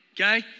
okay